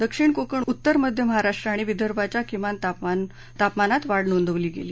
दक्षिण कोकण उत्तर मध्य महाराष्ट्र आणि विदर्भाच्या किमान तापमानात वाढ नोंदवली गेली